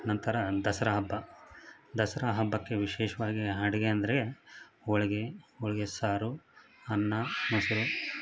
ನಂತರ ದಸರಾ ಹಬ್ಬ ದಸರಾ ಹಬ್ಬಕ್ಕೆ ವಿಶೇಷವಾಗಿ ಅಡುಗೆ ಅಂದರೆ ಹೋಳಿಗೆ ಹೋಳಿಗೆ ಸಾರು ಅನ್ನ ಮೊಸರು